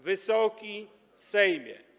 Wysoki Sejmie!